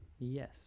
Yes